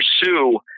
pursue